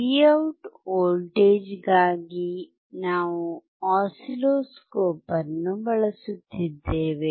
Vout ವೋಲ್ಟೇಜ್ಗಾಗಿ ನಾವು oscilloscope ಅನ್ನು ಬಳಸುತ್ತಿದ್ದೇವೆ